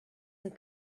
and